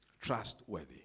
Trustworthy